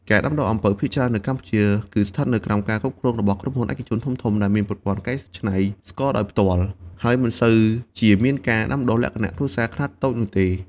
ការដាំដុះអំពៅភាគច្រើននៅកម្ពុជា គឺស្ថិតនៅក្រោមការគ្រប់គ្រងរបស់ក្រុមហ៊ុនឯកជនធំៗ ដែលមានប្រព័ន្ធកែច្នៃស្ករដោយផ្ទាល់ ហើយមិនសូវជាមានការដាំដុះលក្ខណៈគ្រួសារខ្នាតតូចនោះទេ។